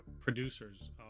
producers